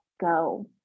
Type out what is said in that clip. go